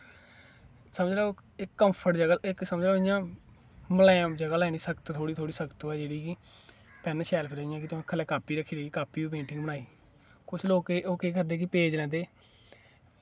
समझी लैओ इक कम्म फड़ेआ इक कम्म समझो इ'यां मुलायम जगह लैनी सख्त थोह्ड़ी थोह्ड़ी सख्त होऐ जेह्ड़ी कि पेन ते थ'ल्लै कॉपी रक्खियै पेंटिंग बनाई कुछ लोग ओह् केह् करदे कि पेज लैंदे